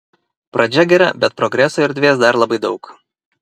pradžia gera bet progresui erdvės dar labai daug